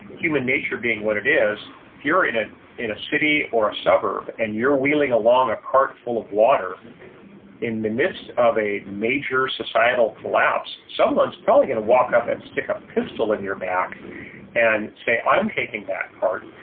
human nature being what it is, if you're in a in a city or suburb, and you're wheeling along a cart full of water in the midst of a major societal collapse, someone's probably going to walk up and stick a pistol in your back and say, i'm taking that cart.